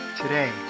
Today